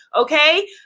Okay